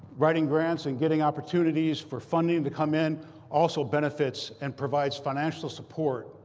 writing grants and getting opportunities for funding to come in also benefits and provides financial support.